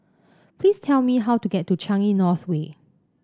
please tell me how to get to Changi North Way